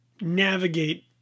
navigate